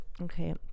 okay